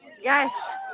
Yes